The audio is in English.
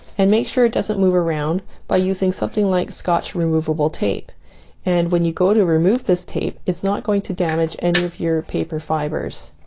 and make sure it doesn't move around by using something like scotch removable tape and when you go to remove this tape it's not going to damage any of your paper fibers